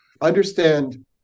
Understand